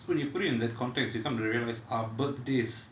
so when you put it in that context you come to realise our birthdays